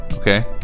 Okay